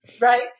Right